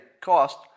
cost